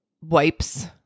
wipes